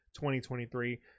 2023